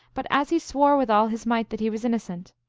but as he swore with all his might that he was innocent,